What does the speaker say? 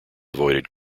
avoided